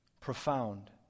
profound